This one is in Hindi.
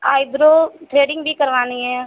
आईब्रो थ्रेडिंग भी करवानी है